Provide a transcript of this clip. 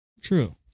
true